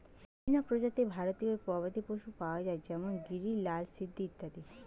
বিভিন্ন প্রজাতির ভারতীয় গবাদি পশু পাওয়া যায় যেমন গিরি, লাল সিন্ধি ইত্যাদি